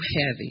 heavy